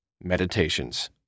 Meditations